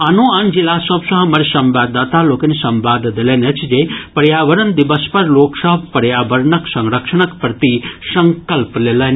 आनो आन जिला सभ सँ हमर संवाददाता लोकनि संवाद देलनि अछि जे पर्यावरण दिवस पर लोक सभ पर्यावरणक संरक्षणक प्रति संकल्प लेलनि